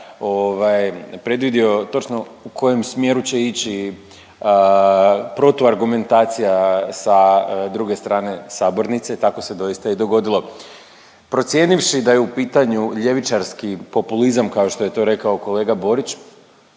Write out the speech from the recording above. predvidio točno u kojem smjeru će ići protuargumentacija sa druge strane sabornice, tako se doista i dogodilo. Procijenivši da je u pitanju ljevičarski populizam kao što je to rekao kolega Borić